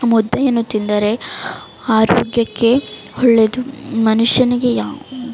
ಮುದ್ದೆಯನ್ನು ತಿಂದರೆ ಆರೋಗ್ಯಕ್ಕೆ ಒಳ್ಳೆಯದು ಮನುಷ್ಯನಿಗೆ ಯಾವ